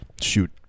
shoot